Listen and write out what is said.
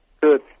Good